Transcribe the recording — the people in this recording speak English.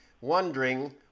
wondering